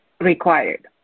required